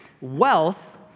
wealth